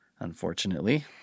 Unfortunately